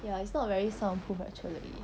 ya it's not very sound proof actually